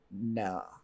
No